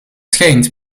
schijnt